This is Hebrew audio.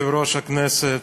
כבוד יושב-ראש הכנסת,